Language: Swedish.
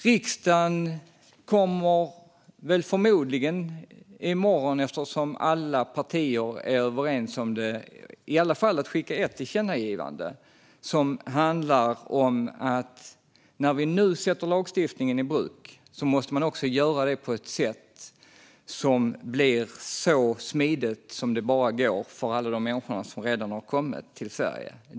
Riksdagen kommer förmodligen i morgon, eftersom alla partier är överens om det, att skicka åtminstone ett tillkännagivande till regeringen. Det handlar om att man när man tar lagstiftningen i bruk också måste göra det på ett sätt så att det blir så smidigt som möjligt för alla dem som redan har kommit till Sverige.